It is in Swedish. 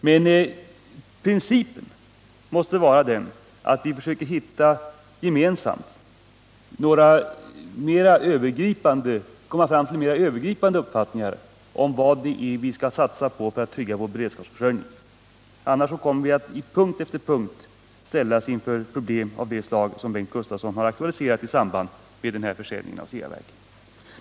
Men principen måste vara den, att vi gemensamt försöker komma fram till mera övergripande uppfattningar om vad det är vi skall satsa på för att trygga vår försörjningsberedskap. Annars kommer vi på punkt efter punkt att ställas inför problem av det slag som Bengt Gustavsson har aktualiserat i samband med försäljningen av Ceaverken.